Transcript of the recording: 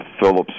Phillips